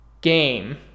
game